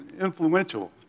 influential